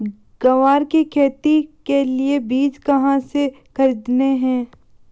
ग्वार की खेती के लिए बीज कहाँ से खरीदने हैं?